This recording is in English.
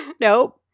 Nope